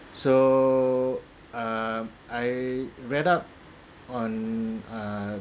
so um I read up on uh